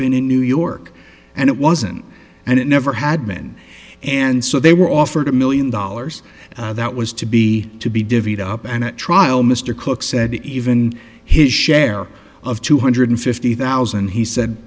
been in new york and it wasn't and it never had been and so they were offered a million dollars that was to be to be divvied up and at trial mr cook said even his share of two hundred fifty thousand he said